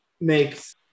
makes